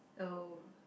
oh